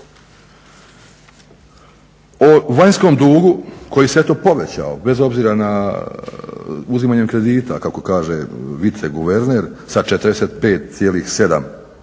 O vanjskom dugu koji se eto povećao, bez obzira na uzimanje kredita kako kaže viceguverner, sa 45,7,